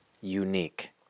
unique